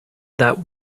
that